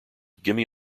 gimme